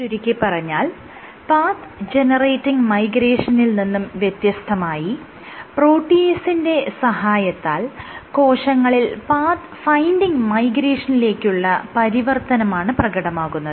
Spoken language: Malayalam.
ചുരുക്കിപ്പറഞ്ഞാൽ പാത്ത് ജെനറേറ്റിങ് മൈഗ്രേഷനിൽ നിന്നും വ്യത്യസ്തമായി പ്രോട്ടിയേസിന്റെ സഹായത്താൽ കോശങ്ങളിൽ പാത്ത് ഫൈൻഡിങ് മൈഗ്രേഷനിലേക്കുള്ള പരിവർത്തനമാണ് പ്രകടമാകുന്നത്